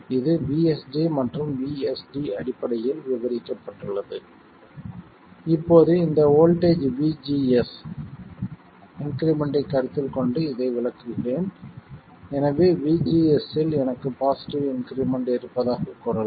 இது VSG மற்றும் VSD அடிப்படையில் விவரிக்கப்பட்டுள்ளது இப்போது இந்த வோல்ட்டேஜ் VGS ΔVGS இன்க்ரிமென்ட்டைக் கருத்தில் கொண்டு இதை விளக்குகிறேன் எனவே VGS இல் எனக்கு பாசிட்டிவ் இன்க்ரிமெண்ட் இருப்பதாகக் கூறலாம்